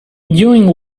during